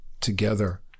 together